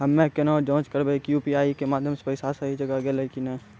हम्मय केना जाँच करबै की यु.पी.आई के माध्यम से पैसा सही जगह गेलै की नैय?